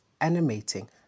animating